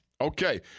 Okay